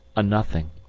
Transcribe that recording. a nothing,